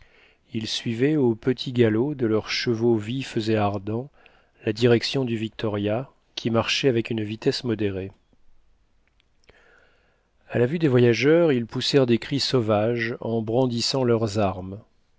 ils suivaient au petit galop de leurs chevaux vifs et ardents la direction du victoria qui marchait avec une vitesse modérée a la vue des voyageurs ils poussèrent des cris sauvages en brandissant leurs armes